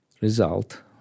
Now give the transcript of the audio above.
result